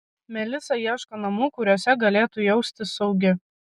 melisa ieško namų kuriuose galėtų jaustis saugi